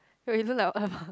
wait you look like